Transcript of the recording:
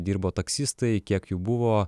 dirbo taksistai kiek jų buvo